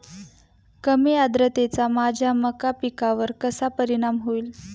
कमी आर्द्रतेचा माझ्या मका पिकावर कसा परिणाम होईल?